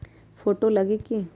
Photo लगी कि?